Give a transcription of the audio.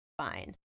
fine